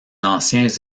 anciens